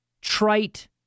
trite